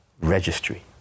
Registry